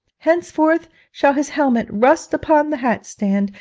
henceforth shall his helmet rust upon the hat-stand,